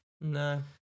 No